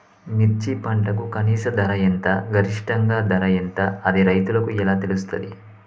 మిర్చి పంటకు కనీస ధర ఎంత గరిష్టంగా ధర ఎంత అది రైతులకు ఎలా తెలుస్తది?